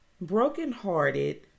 brokenhearted